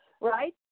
right